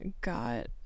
got